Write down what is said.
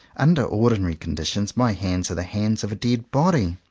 under ordinary conditions my hands are the hands of a dead body.